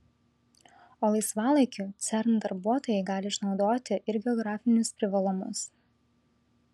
o laisvalaikiu cern darbuotojai gali išnaudoti ir geografinius privalumus